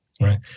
right